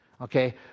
Okay